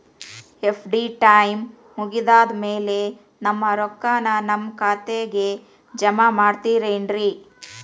FD time ಮುಗಿದಾದ್ ಮ್ಯಾಲೆ ನಮ್ ರೊಕ್ಕಾನ ನಮ್ ಖಾತೆಗೆ ಜಮಾ ಮಾಡ್ತೇರೆನ್ರಿ?